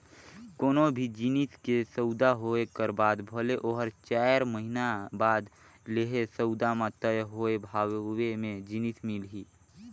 कोनो भी जिनिस के सउदा होए कर बाद भले ओहर चाएर महिना बाद लेहे, सउदा म तय होए भावे म जिनिस मिलही